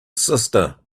sister